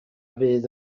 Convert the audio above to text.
fydd